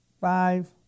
Five